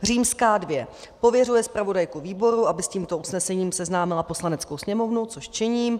za druhé pověřuje zpravodajku výboru, aby s tímto usnesením seznámila Poslaneckou sněmovnu, což činím;